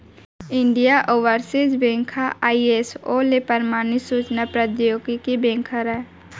Indian overseas bank ह ISO ले परमानित सूचना प्रौद्योगिकी बेंक हरय